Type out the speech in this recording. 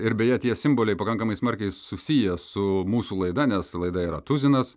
ir beje tie simboliai pakankamai smarkiai susiję su mūsų laida nes laida yra tuzinas